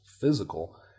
physical